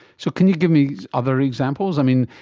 so can you give me other examples? i mean,